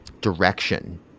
direction